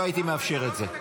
לא הייתי מאפשר את זה.